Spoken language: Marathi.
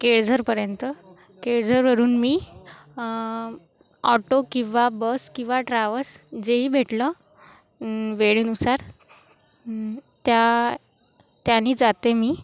केडझरपर्यंत केडझरवरून मी ऑटो किंवा बस किंवा ट्रॅव्हल्स जेही भेटलं वेळेनुसार त्या त्याने जाते मी